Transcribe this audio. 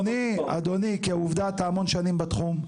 אדוני, כעובדה אתה המון שנים בתחום.